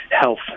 health